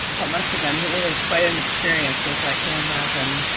that must have been really quite an experience, lise i can't imagine